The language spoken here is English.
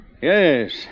Yes